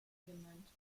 benannt